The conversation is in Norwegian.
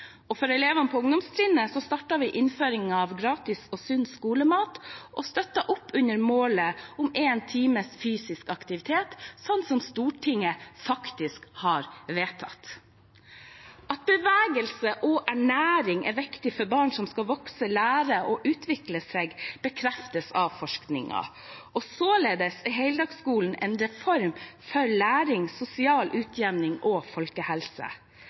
For elevene på ungdomstrinnet starter vi innføring av gratis og sunn skolemat og støtter opp under målet om én times fysisk aktivitet, slik Stortinget faktisk har vedtatt. At bevegelse og ernæring er viktig for barn som skal vokse, lære og utvikle seg, bekreftes av forskningen, og således er heldagsskolen en reform for læring, sosial utjevning og folkehelse.